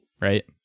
right